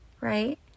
right